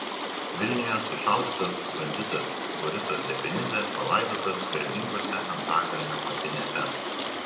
vilniuje sušaudytas banditas borisas dekanidzė palaidotas garbingose antakalnio kapinėse